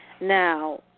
Now